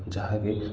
ଯାହାକି